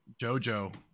JoJo